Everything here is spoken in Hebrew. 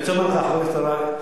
אני רוצה לומר לך, חבר הכנסת אריאל,